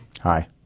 Hi